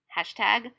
Hashtag